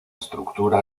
estructura